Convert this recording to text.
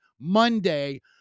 Monday